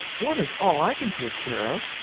one is all i can take care of.